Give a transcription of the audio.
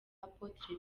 apotre